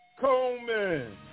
Coleman